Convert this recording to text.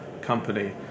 company